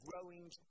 growing